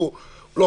הוא אימת את הדברים,